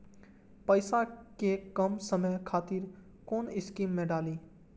पैसा कै कम समय खातिर कुन स्कीम मैं डाली?